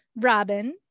Robin